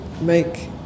make